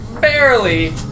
barely